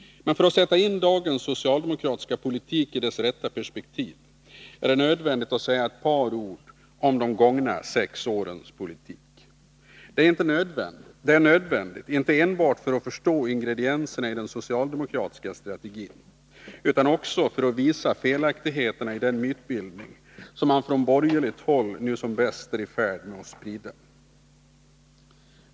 För att sätta in dagens socialdemokratiska politik i dess rätta perspektiv är det nödvändigt att säga ett par ord om de gångna sex årens politik. Det är nödvändigt, inte enbart för att förstå ingredienserna i den socialdemokratiska strategin, utan också för att visa felaktigheterna i den mytbildning som man från borgerligt håll nu som bäst är i färd med att sprida.